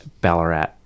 Ballarat